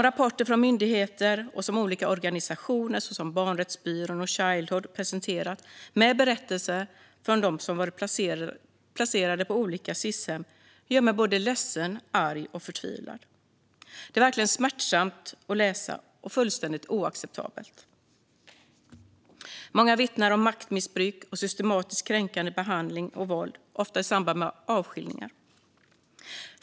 De rapporter som myndigheter och olika organisationer såsom Barnrättsbyrån och Childhood presenterat med berättelser från dem som varit placerade på olika Sis-hem gör mig både ledsen, arg och förtvivlad. Det är verkligen smärtsamt att läsa, och fullständigt oacceptabelt. Många vittnar om maktmissbruk och systematiskt kränkande behandling och våld, ofta i samband med avskiljningar.